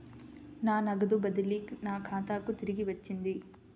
నా నగదు బదిలీ నా ఖాతాకు తిరిగి వచ్చింది